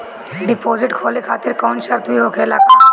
Deposit खोले खातिर कौनो शर्त भी होखेला का?